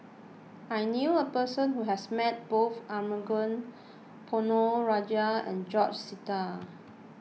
I knew a person who has met both Arumugam Ponnu Rajah and George Sita